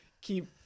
keep